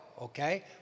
okay